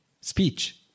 speech